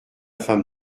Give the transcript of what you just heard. femme